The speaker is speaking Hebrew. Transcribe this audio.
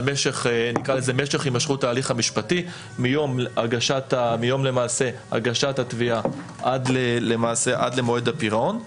משך הימשכות ההליך המשפטי מיום הגשת התביעה עד למועד הפירעון.